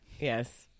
yes